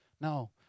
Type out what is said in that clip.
No